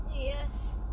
Yes